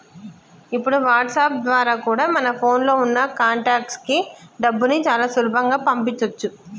ఇప్పుడు వాట్సాప్ ద్వారా కూడా మన ఫోన్ లో ఉన్న కాంటాక్ట్స్ కి డబ్బుని చాలా సులభంగా పంపించొచ్చు